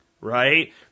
right